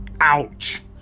Ouch